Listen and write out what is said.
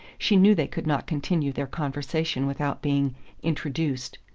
she knew they could not continue their conversation without being introduced.